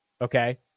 okay